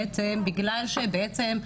בעצם בגלל שבעצם,